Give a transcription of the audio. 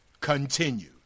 Continue